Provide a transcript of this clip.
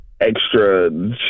extra